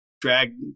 drag